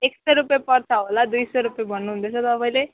एक सय रुपियाँ पर्छ होला दुई सय रुपियाँ भन्नुहुँदैछ तपाईँले